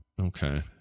Okay